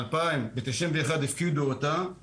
ב-1991 הפקידו אותה,